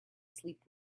sleep